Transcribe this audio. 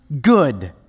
good